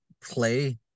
play